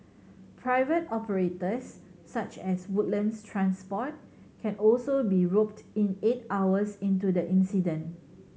private operators such as Woodlands Transport can also be roped in eight hours into the incident